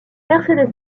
mercedes